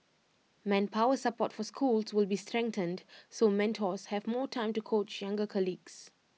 manpower support for schools will be strengthened so mentors have more time to coach younger colleagues